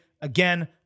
Again